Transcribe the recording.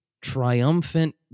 triumphant